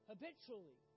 Habitually